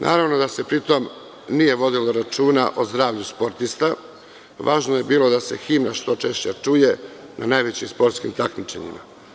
Naravno, da se pri tom nije vodilo računa o zdravlju sportista, i važno je bilo da se himna što češće čuje, na najvećim sportskim takmičenjima.